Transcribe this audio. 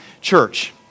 Church